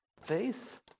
faith